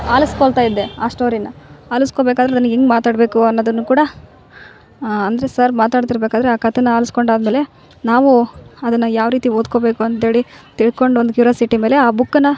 ಆಲ್ಸ್ಕೊಳ್ತಾಯಿದ್ದೆ ಆ ಸ್ಟೋರಿನ ಆಲಸ್ಕೊಬೇಕಾದರೆ ನಾನು ಹೆಂಗೆ ಮಾತಾಡಬೇಕು ಅನ್ನೋದನ್ನು ಕೂಡ ಅಂದರೆ ಸರ್ ಮಾತಾಡ್ತಿರ್ಬೇಕಾದರೆ ಆ ಕತೆನ ಆಲೋಸ್ಕೊಂಡು ಆದ್ಮೇಲೆ ನಾವು ಅದನ್ನ ಯಾವ ರೀತಿ ಓದ್ಕೊಬೇಕಂತೇಳಿ ತಿಳ್ಕೊಂಡು ಒಂದು ಕ್ಯೂರ್ಯಾಸಿಟಿ ಮೇಲೆ ಆ ಬುಕ್ನ್ನ